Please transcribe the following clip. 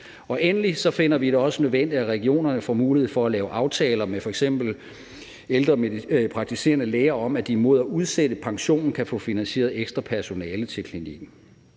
Endelig finder vi det også nødvendigt, at regionerne får mulighed for at lave aftaler med f.eks. praktiserende læger om, at de mod at udsætte pensionen kan få finansieret ekstra personale til klinikken.